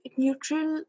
neutral